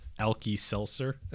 Alky-Seltzer